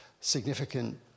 significant